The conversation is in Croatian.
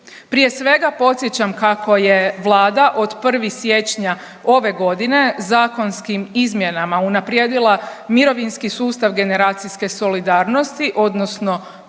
Prije svega podsjećam kako je Vlada od 1. siječnja ove godine zakonskim izmjenama unaprijedila mirovinski sustav generacijske solidarnosti odnosno I.